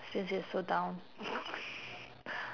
since he's so down